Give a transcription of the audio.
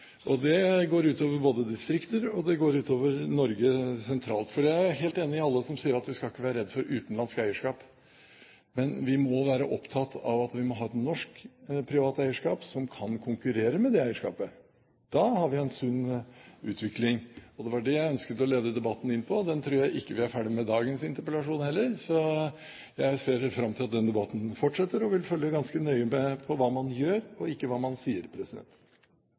betydelig. Det går ut over distrikter, og det går ut over Norge sentralt. Jeg er helt enig med alle som sier at vi ikke skal være redde for utenlandsk eierskap, men vi må være opptatt av at vi må ha et norsk privat eierskap som kan konkurrere med det eierskapet. Da har vi en sunn utvikling. Det var det jeg ønsket å lede debatten inn på. Den tror jeg ikke vi er ferdig med etter dagens interpellasjon, heller. Jeg ser fram til at den debatten fortsetter og vil følge ganske nøye med på hva man gjør, og ikke hva man sier.